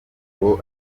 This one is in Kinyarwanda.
ngo